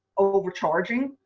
overcharging.